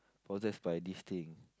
possessed by this thing